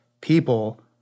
people